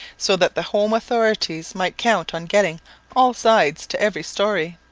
so that the home authorities might count on getting all sides to every story.